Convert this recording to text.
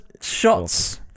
shots